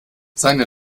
seine